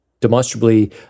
demonstrably